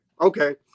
okay